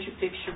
picture